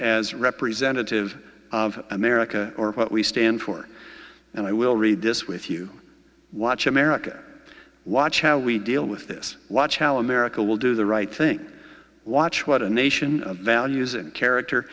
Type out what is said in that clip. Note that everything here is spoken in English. as representative of america or what we stand for and i will read this with you watch america watch how we deal with this watch al america will do the right thing watch what a nation of values and character